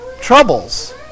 troubles